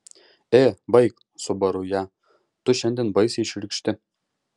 ė baik subaru ją tu šiandien baisiai šiurkšti